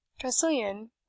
Tressilian